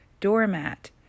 doormat